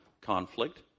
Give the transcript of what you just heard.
conflict